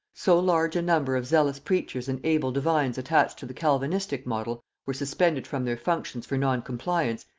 so large a number of zealous preachers and able divines attached to the calvinistic model were suspended from their functions for non-compliance,